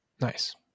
Nice